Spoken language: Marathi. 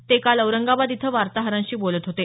ते काल औरंगाबाद इथं वार्ताहरांशी बोलत होते